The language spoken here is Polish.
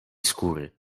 skóry